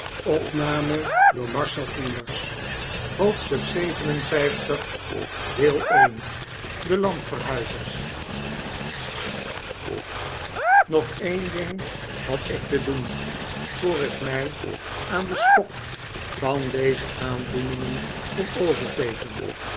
hoofdstuk lvii de landverhuizers nog een ding had ik te doen voor ik mij aan den schok van deze aandoeningen kon overgeven